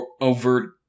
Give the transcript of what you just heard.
overt